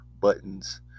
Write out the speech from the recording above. buttons